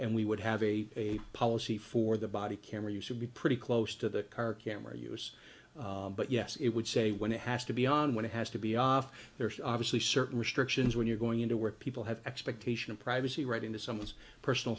and we would have a policy for the body camera use would be pretty close to the car camera use but yes it would say when it has to be on when it has to be off there's obviously certain restrictions when you're going into work people have expectation of privacy right into someone's personal